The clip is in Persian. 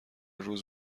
روز